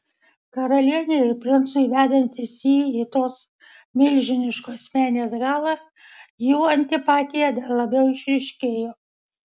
karalienei ir princui vedantis jį į tos milžiniškos menės galą jų antipatija dar labiau išryškėjo